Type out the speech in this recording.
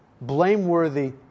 blameworthy